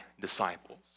disciples